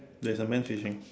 there is a man fishing